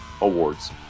awards